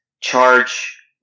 charge